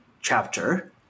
chapter